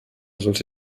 sollte